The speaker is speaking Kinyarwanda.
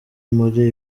muri